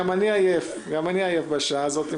גם אני עייף בשעה הזאת.